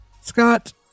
scott